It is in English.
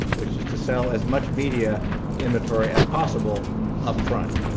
which is to sell as much media inventory as possible upfront.